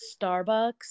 Starbucks